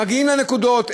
מגיעים לנקודות,